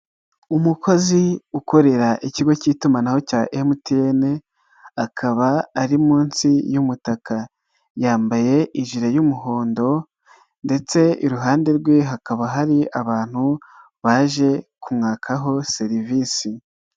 Umukozi ukorera ikigo k'itumanaho cya MTN akaba ari munsi y'umutaka, yambaye ijire y'umuhondo ndetse iruhande rwe hakaba hari abantu baje kumwakaho serivisi.